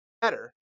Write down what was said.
better